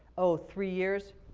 oh, three years?